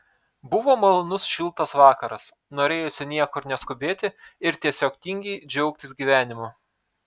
buvo malonus šiltas vakaras norėjosi niekur neskubėti ir tiesiog tingiai džiaugtis gyvenimu